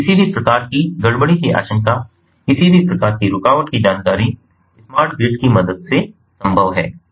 और किसी भी प्रकार की गड़बड़ी की आशंका किसी भी प्रकार की रुकावट की जानकारी स्मार्ट ग्रिड की मदद से संभव है